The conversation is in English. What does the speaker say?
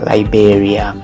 Liberia